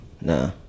Nah